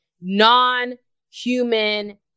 non-human